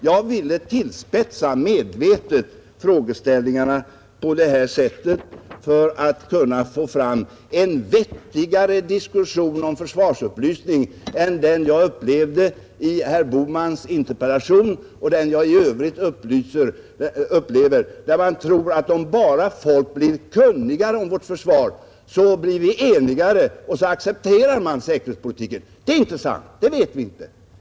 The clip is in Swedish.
Jag tillspetsade medvetet frågeställningarna på detta sätt för att kunna få till stånd en vettigare diskussion om försvarsupplysningen än den som kom till uttryck i herr Bohmans interpellation och den som jag i övrigt upplever när man tror att om bara medborgarna blir mera kunniga om vårt försvar blir vi även mera eniga och så accepterar medborgarna säkerhetspolitiken. Det är inte sant — det vet vi inte.